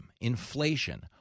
inflation